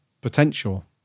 potential